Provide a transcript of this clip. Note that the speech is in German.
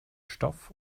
stoff